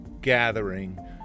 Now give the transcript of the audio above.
gathering